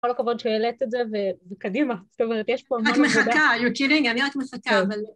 כל הכבוד שהעלית את זה וקדימה, זאת אומרת, יש פה המון... אני רק מחכה, you're kidding, אני רק מחכה, אבל...